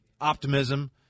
optimism